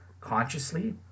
consciously